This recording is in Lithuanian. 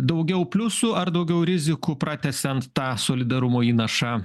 daugiau pliusų ar daugiau rizikų pratęsiant tą solidarumo įnašą